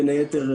בין היתר,